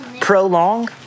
prolong